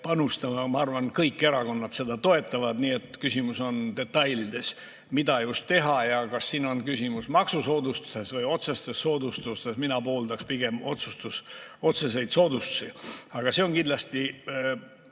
panustama. Ma arvan, et kõik erakonnad seda toetavad, nii et küsimus on detailides, mida just teha. Kas siin on küsimus maksusoodustuses või otsestes soodustustes? Mina pooldaks pigem otseseid soodustusi, aga see on kindlasti